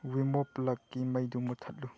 WeMo ꯄ꯭ꯂꯛꯀꯤ ꯃꯩꯗꯨ ꯃꯨꯊꯠꯂꯨ